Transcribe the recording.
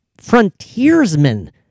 frontiersmen